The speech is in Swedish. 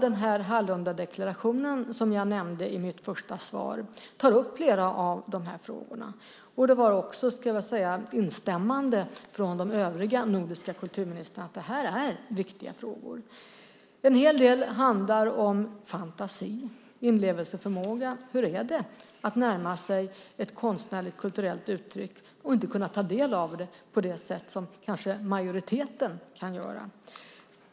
I Hallundadeklarationen tas, som jag nämnde i mitt svar, flera av de här frågorna upp. Övriga nordiska kulturministrar har också instämt i att det här är viktiga frågor. En hel del handlar om fantasi, om inlevelseförmåga. Hur är det att närma sig ett konstnärligt kulturellt uttryck och inte kunna ta del av det på det sätt som kanske majoriteten kan göra?